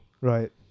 right